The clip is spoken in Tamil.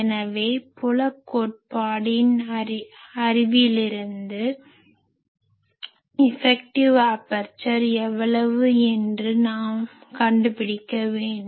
எனவே புலக் கோட்பாட்டின் அறிவிலிருந்து இஃபெக்டிவ் ஆபர்சர் எவ்வளவு என்று கண்டுபிடிக்க வேண்டும்